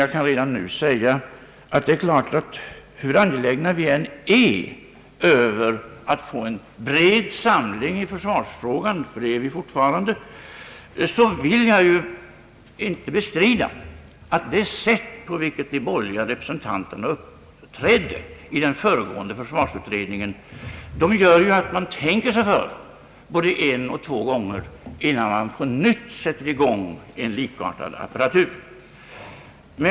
Jag vill emellertid redan nu säga att hur angelägna vi än är att få en bred samling i försvarsfrågan — det är vi fortfarande — så vill jag inte bestrida att det sätt på vilket de borgerliga representanterna uppträdde i den föregående försvarsutredningen gör att man tänker sig för både en och två gånger innan man på nytt sätter i gång en likartad apparat.